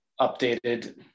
updated